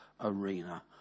arena